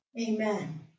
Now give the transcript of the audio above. Amen